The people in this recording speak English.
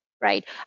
right